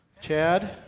Chad